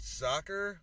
soccer